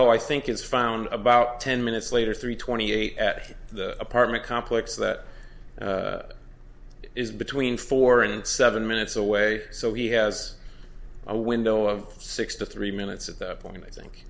who i think is found about ten minutes later three twenty eight at the apartment complex that is between four and seven minutes away so he has a window of six to three minutes at that point i think